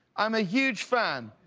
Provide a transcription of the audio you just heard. i'm a huge fan.